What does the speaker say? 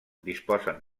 disposen